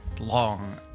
long